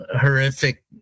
horrific